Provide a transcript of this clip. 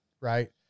right